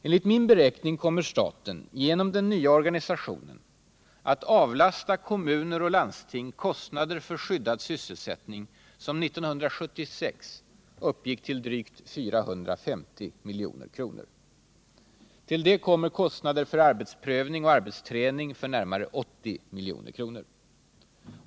Enligt min beräkning kommer staten genom den nya organisationen att avlasta kommuner och landsting kostnader för skyddad sysselsättning som 1976 uppgick till drygt 450 milj.kr. Till det kommer kostnader för arbetsprövning och arbetsträning för närmare 80 milj.kr.